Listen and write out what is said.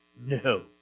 No